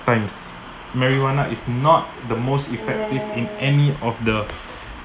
times marijuana is not the most effective in any of the